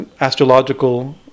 astrological